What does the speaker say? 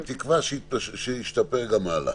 בתקווה שישתפר גם הלאה.